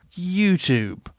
YouTube